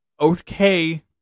okay